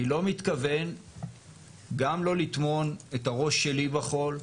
אני לא מתכוון גם לא לטמון את הראש שלי בחול.